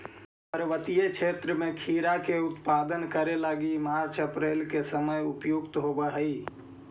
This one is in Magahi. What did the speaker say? पर्वतीय क्षेत्र में खीरा के उत्पादन करे लगी मार्च अप्रैल के समय उपयुक्त होवऽ हई